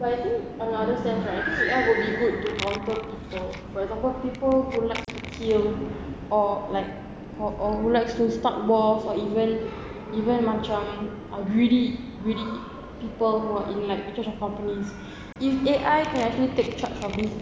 but I think I understand right I think A_I would be good to counter people for example people who likes to kill or like or or who likes to start war for even even macam greedy greedy people who are in like in charge of companies if A_I can actually take charge of